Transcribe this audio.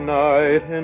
night